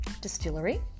distillery